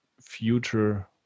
future